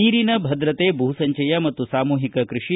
ನೀರಿನ ಭದ್ರತೆ ಭೂ ಸಂಚಯ ಮತ್ತು ಸಾಮೂಹಿಕ ಕೃಷಿ